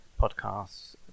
podcasts